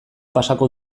pasako